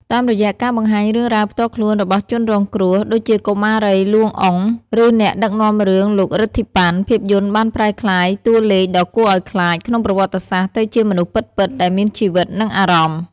តាមរយៈការបង្ហាញរឿងរ៉ាវផ្ទាល់ខ្លួនរបស់ជនរងគ្រោះ ដូចជាកុមារី លួង អ៊ុង ឬអ្នកដឹកនាំរឿង លោក រិទ្ធី ប៉ាន់ ភាពយន្តបានប្រែក្លាយតួលេខដ៏គួរឲ្យខ្លាចក្នុងប្រវត្តិសាស្ត្រទៅជាមនុស្សពិតៗ ដែលមានជីវិត និងអារម្មណ៍។